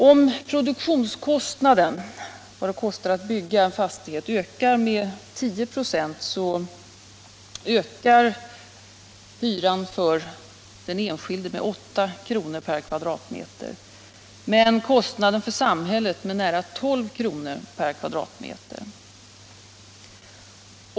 Om produktionskostnaden för en fastighet ökar med 10 96 ökar kostnaden för den enskilde med 8 kr. m?.